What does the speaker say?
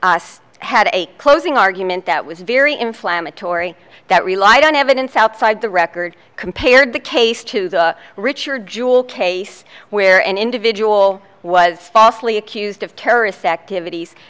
a closing argument that was very inflammatory that relied on evidence outside the record compared the case to the richard jewel case where an individual was falsely accused of terrorist activities